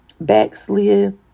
backslid